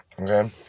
Okay